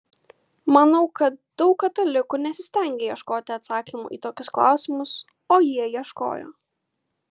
manau kad daug katalikų nesistengia ieškoti atsakymų į tokius klausimus o jie ieškojo